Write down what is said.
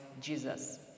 Jesus